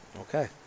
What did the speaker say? Okay